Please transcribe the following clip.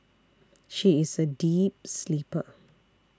she is a deep sleeper